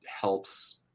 helps